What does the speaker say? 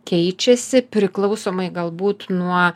keičiasi priklausomai galbūt nuo